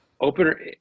opener